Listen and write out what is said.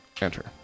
Enter